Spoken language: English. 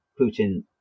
Putin